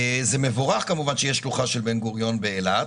זה מבורך כמובן שיש שלוחה של בן גוריון באילת,